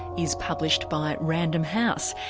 is published by random house,